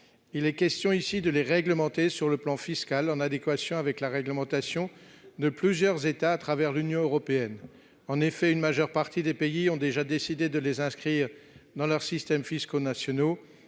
Il est question ici de les réglementer en matière fiscale, en adéquation avec la réglementation de plusieurs États de l'Union européenne. En effet, la majeure partie des pays ont déjà décidé de les inscrire dans leurs systèmes fiscaux nationaux